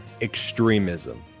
extremism